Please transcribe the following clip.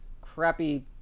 crappy